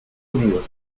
unidos